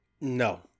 No